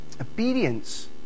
Obedience